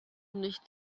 nicht